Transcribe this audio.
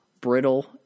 brittle